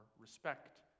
respect